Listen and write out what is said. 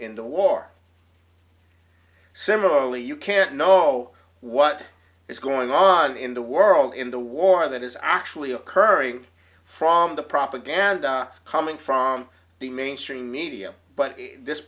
in the war similarly you can't know what is going on in the world in the war that is actually occurring from the propaganda coming from the mainstream media but this